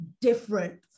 different